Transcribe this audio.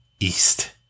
East